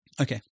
Okay